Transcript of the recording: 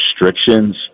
restrictions